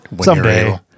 Someday